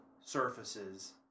surfaces